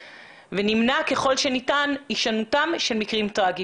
ונמנע ככל שניתן הישנותם של מקרים טרגיים.